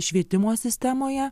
švietimo sistemoje